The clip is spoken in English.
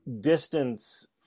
distance